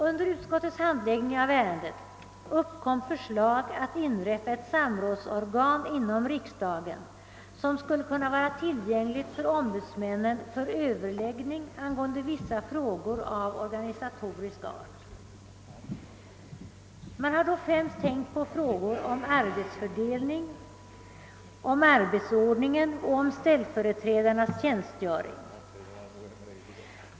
Under utskottets handläggning av ärendet uppkom förslag att inrätta ett samrådsorgan inom riksdagen, som skulle kunna vara tillgängligt för ombudsmännen för överläggning angående vissa frågor av organisatorisk art. Man har då främst tänkt på frågor om arbetsfördelning, om arbetsordningen, och om ställföreträdarnas tjänstgöring.